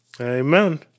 Amen